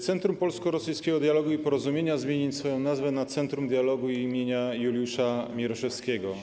Centrum Polsko-Rosyjskiego Dialogu i Porozumienia zmieni swoją nazwę na Centrum Dialogu im. Juliusza Mieroszewskiego.